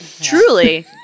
truly